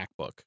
MacBook